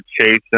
chasing